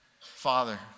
Father